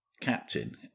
captain